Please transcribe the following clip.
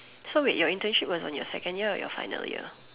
so wait your internship was on your second year or your final year